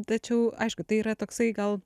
tačiau aišku tai yra toksai gal